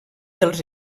dels